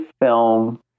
film